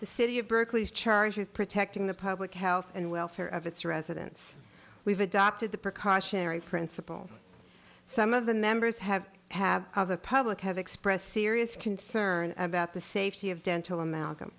the city of berkeley is charged with protecting the public health and welfare of its residents we've adopted the precautionary principle some of the members have have the public have expressed serious concern about the safety of dental amalgam